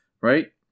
right